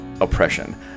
oppression